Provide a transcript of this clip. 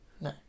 No